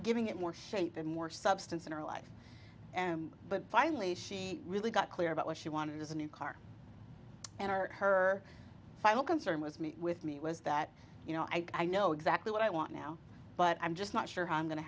giving it more shape and more substance in her life but finally she really got clear about what she wanted as a new car and her final concern was meet with me was that you know i know exactly what i want now but i'm just not sure how i'm going to